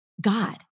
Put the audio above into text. God